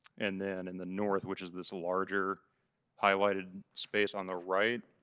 and then in the north, which is this larger highlighted space on the right,